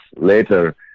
later